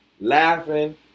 laughing